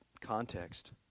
context